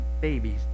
babies